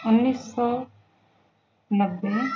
انّیس سو نوّے